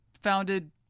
founded